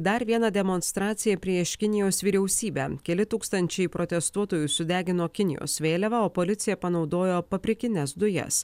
dar vieną demonstraciją prieš kinijos vyriausybę keli tūkstančiai protestuotojų sudegino kinijos vėliavą o policija panaudojo paprikines dujas